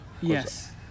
Yes